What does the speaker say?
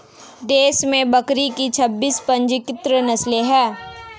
देश में बकरी की छब्बीस पंजीकृत नस्लें हैं